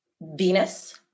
venus